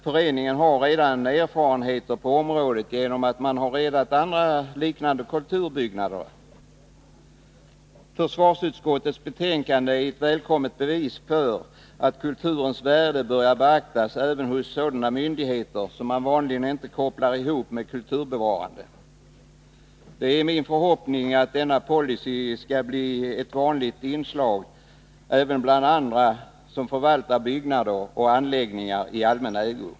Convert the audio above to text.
Föreningen har redan erfarenheter på området, eftersom den har räddat Nr 95 andra liknande kulturbyggnader. Torsdagen den Försvarsutskottets betänkande är ett välkommet bevis för att kulturens 11 mars 1982 värde börjar beaktas även hos sådana myndigheter som man inte vanligen = kopplar ihop med kulturbevarande insatser. Det är min förhoppning att Byggnadsmaterialdenna policy skall bli ett vanligt inslag även bland andra som förvaltar industrin byggnader och anläggningar i allmän ägo.